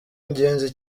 ingenzi